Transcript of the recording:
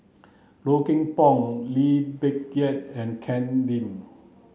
Low Kim Pong Lee Peh Gee and Ken Lim